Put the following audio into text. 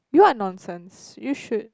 you are nonsense you should